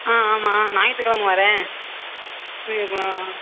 ஆ ஆமாம் ஞாயிற்றுக் கெழம வரேன் சரிக்கா